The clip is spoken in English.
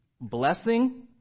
blessing